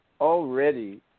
already